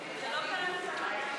הצעת החוק לא עברה,